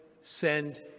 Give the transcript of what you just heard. send